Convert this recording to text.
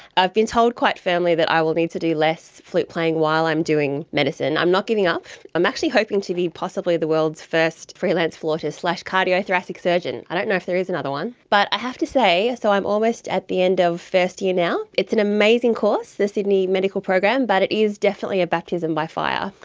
i've been told quite firmly that i will need to do less flute playing while i'm doing medicine. i'm not giving up. i'm actually hoping to be possibly the world's first freelance flautist cardiothoracic surgeon. i don't know if there is another one. but i have to say, so i'm almost at the end of first year now, it's an amazing course, the sydney medical program, but it is definitely a baptism by fire.